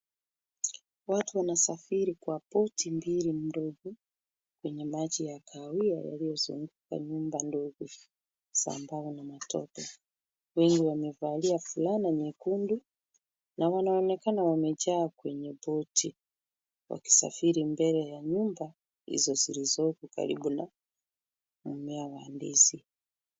Watu wanasafiri kwa boti mbili ndogo kwenye maji ya kahawia yaliyozunguka nyumba ndogo za mbao na matope. Wengi wamevalia fulana nyekundu na wanaonekana wamejaa kwenye boti wakisafiri mbele ya nyumba hizo zilizoko karibu na mmea wa ndizi.